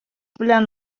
белән